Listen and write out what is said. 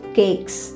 cakes